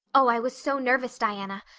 oh, i was so nervous, diana.